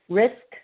risk